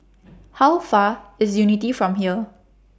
How Far IS Unity from here